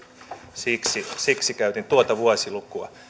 siksi siksi käytin tuota vuosilukua